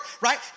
right